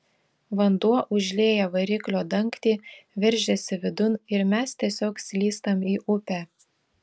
vanduo užlieja variklio dangtį veržiasi vidun ir mes tiesiog slystam į upę